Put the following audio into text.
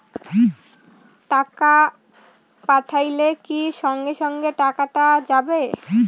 টাকা পাঠাইলে কি সঙ্গে সঙ্গে টাকাটা যাবে?